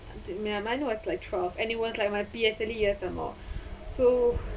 ya mine was like twelve and I was like my P_S_L_E years some more so